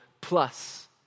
plus